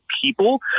people